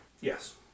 Yes